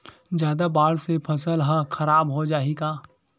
जादा बाढ़ से फसल ह खराब हो जाहि का?